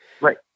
Right